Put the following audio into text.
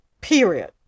Period